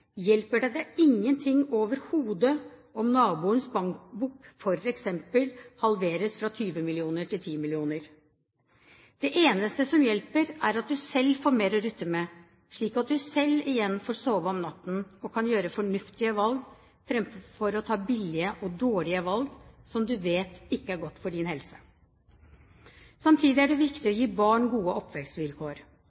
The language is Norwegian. hjelper det deg overhodet ingen ting om naboens bankbok f.eks. halveres fra 20 mill. kr til 10 mill. kr. Det eneste som hjelper, er at du selv får mer å rutte med, slik at du selv igjen får sove om natten og kan gjøre fornuftige valg framfor å ta billige og dårlige valg som du vet ikke er godt for din helse. Samtidig er det viktig